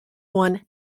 won